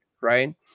right